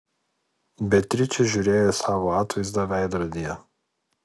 beatričė žiūrėjo į savo atvaizdą veidrodyje